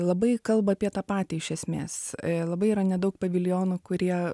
labai kalba apie tą patį iš esmės labai yra nedaug paviljonų kurie